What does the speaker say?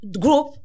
group